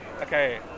okay